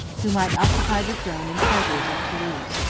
who might occupy the throne and treasures of thoulouse.